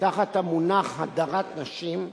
תחת המונח "הדרת נשים"